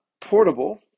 portable